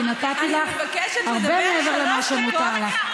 כי נתתי לך הרבה מעבר למה שמותר לך.